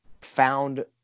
found